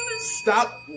Stop